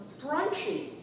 brunchy